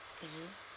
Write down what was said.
mmhmm